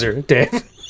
Dave